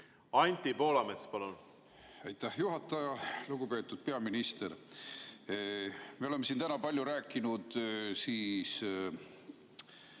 Anti Poolamets, palun! Aitäh, juhataja! Lugupeetud peaminister! Me oleme siin täna palju rääkinud